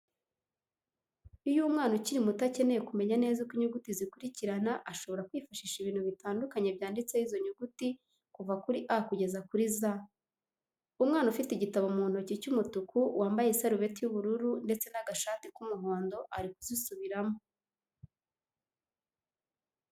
Iyo umwana ukiri muto akeneye kumenya neza uko inyuguti zikurikirana ashobora kwifashisha ibintu bitandukanye byanditseho izo nyuguti kuva kuri A kugeza kuri Z. Umwana ufite igitabo mu ntoki cy'umutuku wambaye isarubeti y'ubururu ndetse n'agashati ku muhondo ari kuzisubiramo.